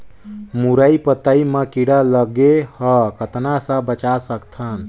मुरई पतई म कीड़ा लगे ह कतना स बचा सकथन?